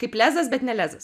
kaip lezas bet ne lezas